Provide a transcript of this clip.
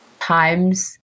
times